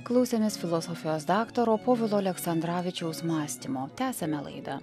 klausėmės filosofijos daktaro povilo aleksandravičiaus mąstymo tęsiame laidą